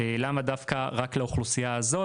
למה דווקא רק לאוכלוסייה הזו?